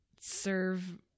serve